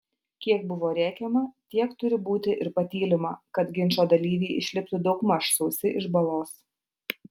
kiek buvo rėkiama tiek turi būti ir patylima kad ginčo dalyviai išliptų daugmaž sausi iš balos